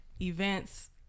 events